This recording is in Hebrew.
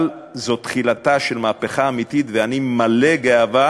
אבל זאת תחילתה של מהפכה אמיתית, ואני מלא גאווה,